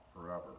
forever